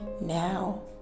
now